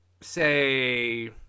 say